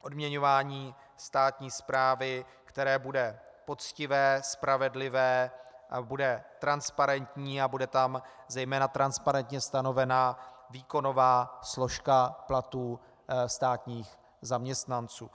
odměňování státní správy, které bude poctivé, spravedlivé a bude transparentní a bude tam zejména transparentně stanovena výkonová složka platů státních zaměstnanců.